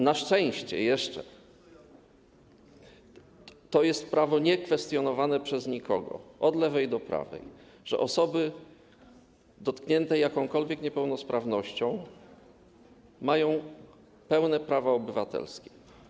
Na szczęście to jest prawo jeszcze niekwestionowane przez nikogo, od lewej do prawej, że osoby dotknięte jakąkolwiek niepełnosprawnością mają pełne prawa obywatelskie.